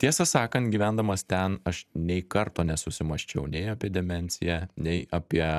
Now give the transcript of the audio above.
tiesą sakant gyvendamas ten aš nei karto nesusimąsčiau nei apie demenciją nei apie